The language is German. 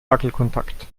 wackelkontakt